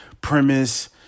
premise